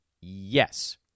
Yes